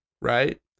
right